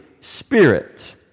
Spirit